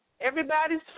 Everybody's